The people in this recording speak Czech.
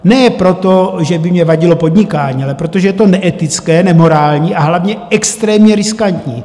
Ne proto, že by mně vadilo podnikání, ale protože je to neetické, nemorální, a hlavně extrémně riskantní.